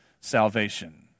salvation